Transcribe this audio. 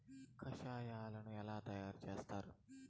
కషాయాలను ఎలా తయారు చేస్తారు?